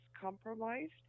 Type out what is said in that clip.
compromised